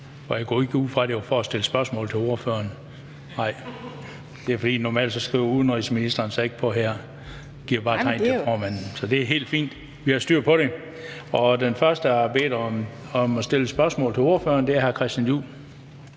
her. Jeg går ikke ud fra, at det var for at stille spørgsmål til ordføreren. Nej. Jeg spørger, fordi en minister normalt ikke tegner sig ind her. Han giver bare tegn til formanden. Så det er helt fint, vi har styr på det. Den første, der har bedt om at stille et spørgsmål til ordføreren, er hr. Christian Juhl.